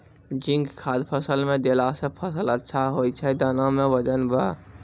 zinc खाद फ़सल मे देला से फ़सल अच्छा होय छै दाना मे वजन ब